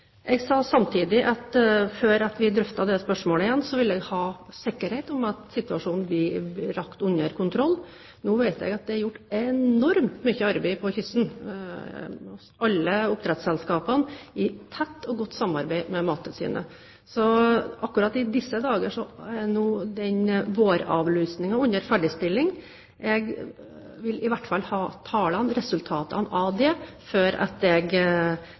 Jeg sa samtidig at før vi skulle drøfte det spørsmålet igjen, ville jeg ha sikkerhet for at situasjonen ville bli lagt under kontroll. Nå vet jeg at det er gjort enormt mye arbeid på kysten – hos alle oppdrettsselskapene, i tett og godt samarbeid med Mattilsynet. Akkurat i disse dager er den «våravløsningen» under ferdigstilling. Jeg vil i hvert fall ha tallene, resultatene av det, før jeg treffer beslutning om hva vi gjør med framtidig vekst. Jeg